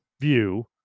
view